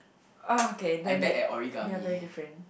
okay then we we are very different